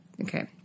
Okay